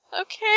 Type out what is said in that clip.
okay